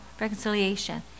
reconciliation